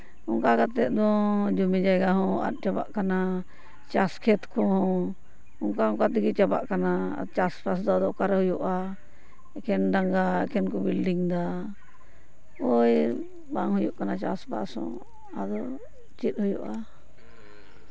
ᱚᱱᱠᱟ ᱠᱟᱛᱮᱫ ᱫᱚ ᱡᱚᱢᱤ ᱡᱟᱭᱜᱟ ᱦᱚᱸ ᱟᱫ ᱪᱟᱵᱟᱜ ᱠᱟᱱᱟ ᱪᱟᱥ ᱠᱷᱮᱛ ᱠᱚᱦᱚᱸ ᱚᱱᱠᱟ ᱚᱱᱠᱟ ᱛᱮᱜᱮ ᱪᱟᱵᱟᱜ ᱠᱟᱱᱟ ᱪᱟᱥᱼᱵᱟᱥ ᱫᱚ ᱟᱫᱚ ᱚᱠᱟᱨᱮ ᱦᱩᱭᱩᱜᱼᱟ ᱮᱠᱮᱱ ᱰᱟᱝᱜᱟ ᱮᱠᱮᱱ ᱠᱚ ᱵᱤᱞᱰᱤᱝᱫᱟ ᱳᱭ ᱵᱟᱝ ᱦᱩᱭᱩᱜ ᱠᱟᱱᱟ ᱪᱟᱥᱼᱵᱟᱥ ᱦᱚᱸ ᱟᱫᱚ ᱪᱮᱫ ᱦᱩᱭᱩᱜᱼᱟ